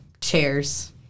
chairs